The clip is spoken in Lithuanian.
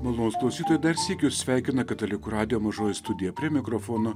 malonūs klausytojai dar sykį jus sveikina katalikų radijo mažoji studija prie mikrofono